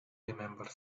remembered